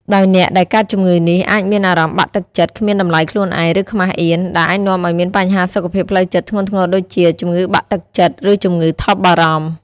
ដោយអ្នកដែលកើតជម្ងឺនេះអាចមានអារម្មណ៍បាក់ទឹកចិត្ត គ្មានតម្លៃខ្លួនឯង ឬខ្មាសអៀន ដែលអាចនាំឱ្យមានបញ្ហាសុខភាពផ្លូវចិត្តធ្ងន់ធ្ងរដូចជា ជំងឺបាក់ទឹកចិត្ត ឬជំងឺថប់បារម្ភ។